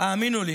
האמינו לי